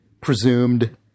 presumed